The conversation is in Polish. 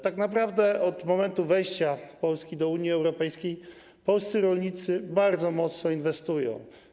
Tak naprawdę od momentu wejścia Polski do Unii Europejskiej polscy rolnicy bardzo mocno inwestują.